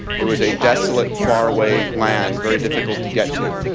it was a desolate, faraway land, very difficult to get to.